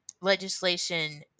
legislation